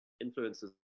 influences